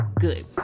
Good